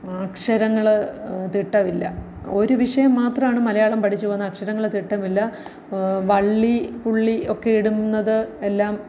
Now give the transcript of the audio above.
അക്ഷരങ്ങൾ തിട്ടമില്ല ഒരു വിഷയം മാത്രമാണ് മലയാളം പഠിച്ചുവന്ന അക്ഷരങ്ങൾ തിട്ടമില്ല വള്ളി പുള്ളി ഒക്കെ ഇടുന്നത് എല്ലാം